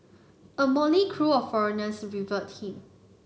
a motley crew of foreigners revered him